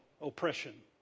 oppression